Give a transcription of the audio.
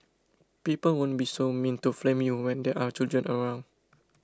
people won't be so mean to flame you when there are children around